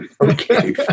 Okay